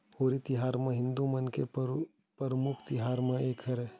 होरी तिहार ह हिदू मन के परमुख तिहार मन म एक हरय